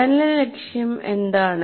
പഠന ലക്ഷ്യം എന്താണ്